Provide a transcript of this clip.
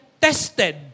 tested